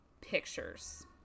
pictures